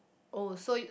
oh so you